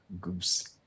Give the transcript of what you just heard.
Goose